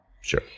Sure